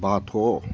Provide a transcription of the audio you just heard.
बाथ'